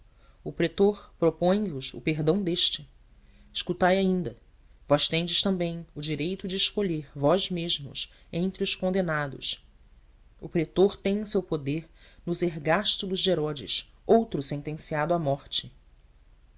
o pretor propõe vos o perdão deste escutai ainda vós tendes também o direito de escolher vós mesmos entre os condenados o pretor tem em seu poder nos ergástulos de herodes outro sentenciado à morte